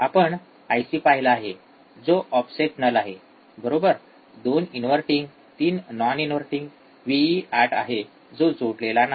आपण आयसी पाहिला आहे जो ऑफसेट नल आहे बरोबर 2 इनव्हर्टिंग 3 नॉन इनव्हर्टिंग व्हीइइ 8 आहे जो जोडलेला नाही